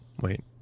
wait